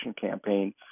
campaign